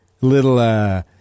little –